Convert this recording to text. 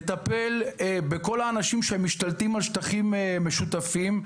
לטפל בכל האנשים שמשתלטים על השטחים המשותפים,